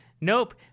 Nope